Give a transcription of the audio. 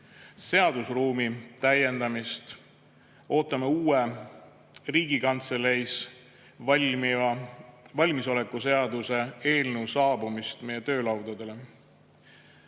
seadusruumi täiendamist, ootame uue, Riigikantseleis valmiva valmisolekuseaduse eelnõu saabumist meie töölaudadele.